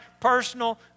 personal